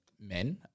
Men